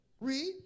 Read